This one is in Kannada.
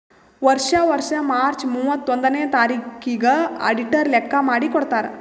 ವರ್ಷಾ ವರ್ಷಾ ಮಾರ್ಚ್ ಮೂವತ್ತೊಂದನೆಯ ತಾರಿಕಿಗ್ ಅಡಿಟರ್ ಲೆಕ್ಕಾ ಮಾಡಿ ಕೊಡ್ತಾರ್